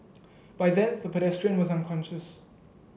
by then the pedestrian was unconscious